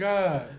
God